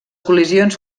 col·lisions